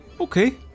Okay